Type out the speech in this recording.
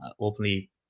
openly